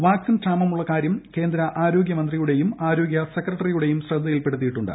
vaccine ക്ഷാമമ്മുള്ള ്കാര്യം കേന്ദ്ര ആരോഗൃമന്ത്രിയുടെയും ആരോഗൃവകുപ്പ് സെക്രട്ടറിയുടെയും ശ്രദ്ധയിൽപ്പെടുത്തിയിട്ടുണ്ട്